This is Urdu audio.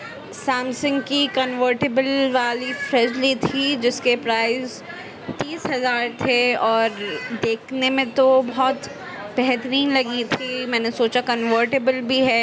سیمسنگ کی کنورٹیبل والی فریج لی تھی جس کی پرائز تیس ہزار تھے اور دیکھنے میں تو بہت بہترین لگی تھی میں نے سوچا کنورٹیبل بھی ہے